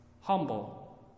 humble